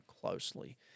closely